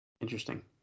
Interesting